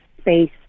space